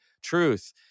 truth